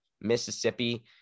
Mississippi